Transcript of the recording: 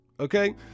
Okay